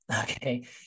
okay